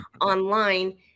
online